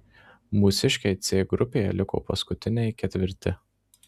mūsiškiai c grupėje liko paskutiniai ketvirti